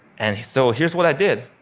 and so here's what i did.